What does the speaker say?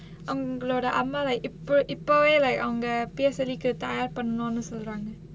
அவங்களோட அம்மாவ இப்ப~ இப்பவே:avangaloda ammaava ippa~ ippavae like அவங்க:avanga P_S_L_E தயார் பண்ணனுனு சொல்றாங்க:thayar pannanunu solraanga